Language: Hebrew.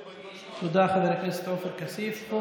תודה, חבר הכנסת עופר כסיף.